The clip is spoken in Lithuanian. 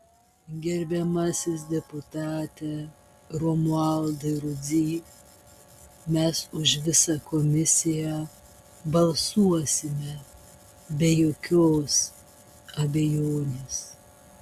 gerbiamasis deputate romualdai rudzy mes už visą komisiją balsuosime be jokios abejonės